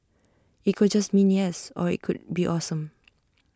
IT could just mean yes or IT could be awesome